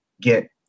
get